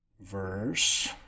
Verse